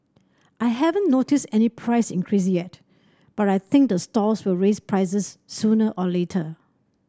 I haven't noticed any price increase yet but I think the stalls will raise prices sooner or later